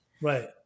Right